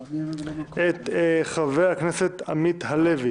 את חבר הכנסת עמית הלוי